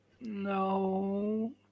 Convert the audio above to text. No